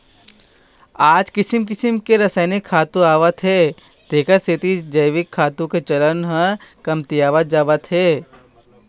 आज किसम किसम के रसायनिक खातू आवत हे तेखर सेती जइविक खातू के चलन ह कमतियावत जावत हे